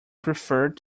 preferred